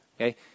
okay